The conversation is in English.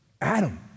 Adam